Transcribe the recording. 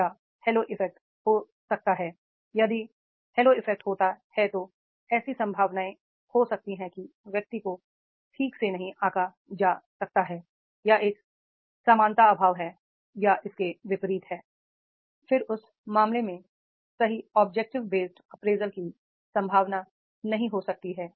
या halo effect हो सकता है यदिहेलो इफेक्ट होता है तो ऐसी संभावनाएं हो सकती हैं कि व्यक्ति को ठीक से नहीं आंका जा सकता है या एक समानता प्रभाव है या इसके विपरीत हैI फिर उस मामले में सही ऑब्जेक्टिव बेस्ड अप्रेजल की संभावना नहीं हो सकती है